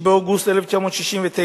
6 באוגוסט 1969,